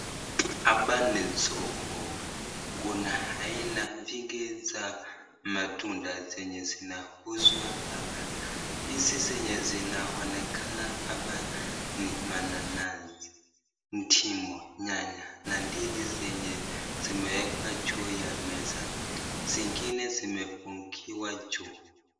Hapa ni soko. Kuna aina vingi za matunda zenye zinauzwa hapa. Hizi zenye zinaonekana hapa ni mananasi, ndimu, nyanya na ndizi zenye zimeekwa juu ya meza, zingine zimefungiwa juu.